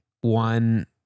one